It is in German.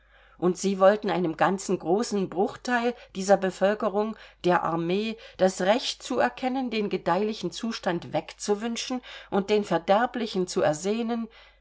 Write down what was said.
und sie wollten einem ganzen großen bruchteil dieser bevölkerung der armee das recht zuerkennen den gedeihlichen zustand wegzuwünschen und den verderblichen zu ersehnen